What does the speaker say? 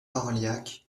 orliac